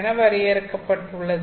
என வரையறுக்கப்பட்டுள்ளது